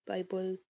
Bible